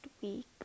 week